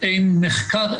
מודל של "תחת מטרייה